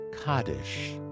Kaddish